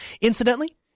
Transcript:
Incidentally